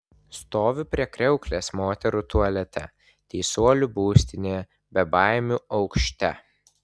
stoviu prie kriauklės moterų tualete teisuolių būstinėje bebaimių aukšte